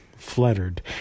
fluttered